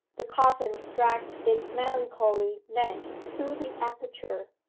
the coffin dragged its melancholy length through the aperture,